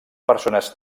persones